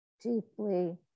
deeply